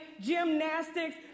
gymnastics